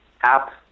app